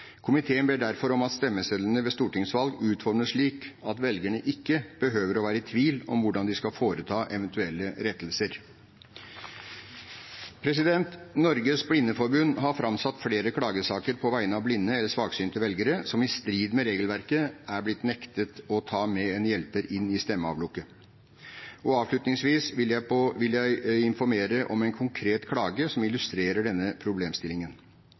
Komiteen ber derfor om at stemmesedlene ved stortingsvalg utformes slik at velgerne ikke behøver å være i tvil om hvordan de skal foreta eventuelle rettelser. Norges Blindeforbund har framsatt flere klagesaker på vegne av blinde eller svaksynte velgere, som i strid med regelverket er blitt nektet å ta med en hjelper inn i stemmeavlukket. Avslutningsvis vil jeg informere om en konkret klage som illustrerer denne problemstillingen.